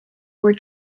were